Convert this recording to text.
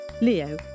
Leo